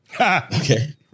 Okay